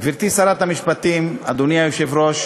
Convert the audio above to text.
גברתי שרת המשפטים, אדוני היושב-ראש,